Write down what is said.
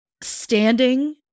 Standing